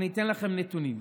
אני אתן לכם נתונים: